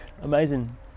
amazing